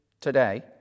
today